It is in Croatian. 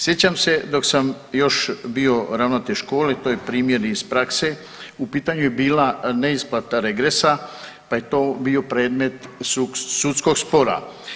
Sjećam se dok sam još bio ravnatelj škole, to je primjer iz prakse, u pitanju je bila neisplata regresa pa je to bio predmet sudskog spora.